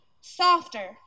softer